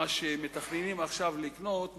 מה שמתכננים עכשיו לקנות,